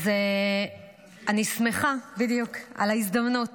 אז אני שמחה על ההזדמנות